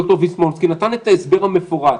עורך דין ויסמונסקי נתן את ההסבר המפורט,